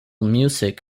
music